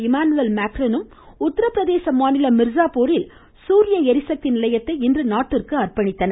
Emmanuel மேக்ரானும் Uttar Pradesh மாநிலம் மிர்சாபூரில் சூரிய ளரிசக்தி நிலையத்தை இன்று நாட்டிற்கு அர்ப்பணித்தனர்